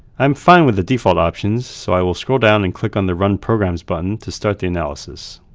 i'm fine with the default options, so i will scroll down and click on the run programs button to start the analysis.